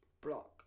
Block